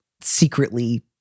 secretly